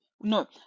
No